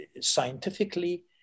scientifically